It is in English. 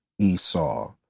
Esau